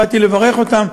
באתי לברך אותם.